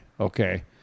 okay